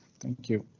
thank you.